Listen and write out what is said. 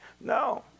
No